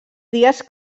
dies